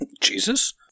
Jesus